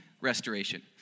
restoration